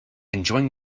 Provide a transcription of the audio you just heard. enjoying